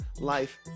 life